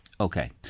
Okay